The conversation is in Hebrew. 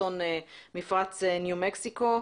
אסון מפרץ ניו-מקסיקו.